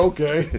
Okay